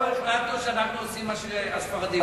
אנחנו החלטנו שאנחנו עושים מה שהספרדים אומרים.